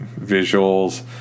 visuals